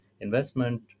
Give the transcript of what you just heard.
investment